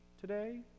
today